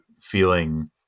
feeling